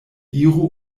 iru